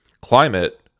climate